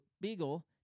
Beagle